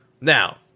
Now